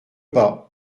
pas